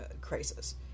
crisis